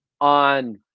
on